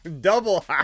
Double